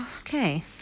okay